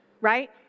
right